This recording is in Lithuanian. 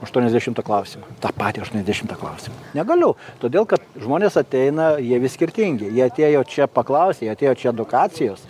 aštuoniasdešimtą klausimų tą patį aštuoniasdešimtą klausimą negaliu todėl kad žmonės ateina jie vis skirtingi jie atėjo čia paklausė jie atėjo čia edukacijos